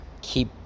keep